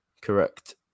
correct